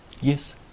Yes